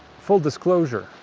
full disclosure,